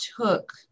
took